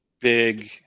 big